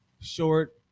short